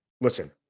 Listen